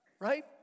Right